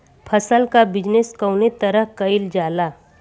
फसल क बिजनेस कउने तरह कईल जाला?